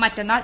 മറ്റന്നാൾ